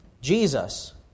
Jesus